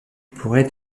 pourrait